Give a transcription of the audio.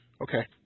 Okay